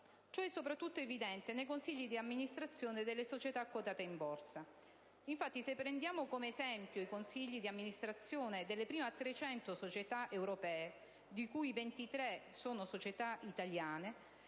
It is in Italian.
Ciò è soprattutto evidente nei consigli di amministrazione delle società quotate in Borsa. Infatti, se prendiamo come esempio i consigli di amministrazione delle prime trecento società europee, di cui 23 sono società italiane,